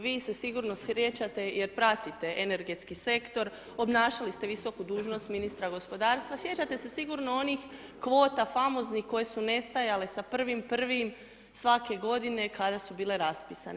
Vi se sigurno sjećate, jer pratite energetski sektor, obnašali ste visoku dužnost ministra gospodarstva, sjećate se sigurno onih kvota famoznih koje su nestajale sa 01.01. svake godine, kada su bile raspisane.